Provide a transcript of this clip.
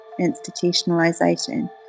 institutionalization